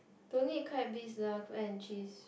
don't need crab bisque lah cook in cheese